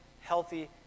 healthy